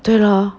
对 lor